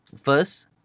first